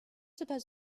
supposed